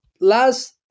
last